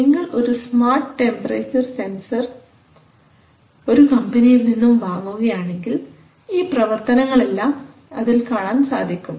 നിങ്ങൾ ഒരു smart temperature sensor ഒരു കമ്പനിയിൽ നിന്നും വാങ്ങുകയാണെങ്കിൽ ഈ പ്രവർത്തനങ്ങളെല്ലാം അതിൽ കാണാൻ സാധിക്കും